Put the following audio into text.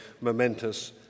momentous